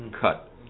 cut